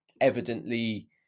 evidently